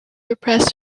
repressed